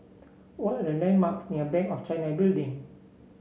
what are the landmarks near Bank of China Building